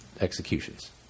executions